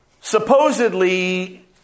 supposedly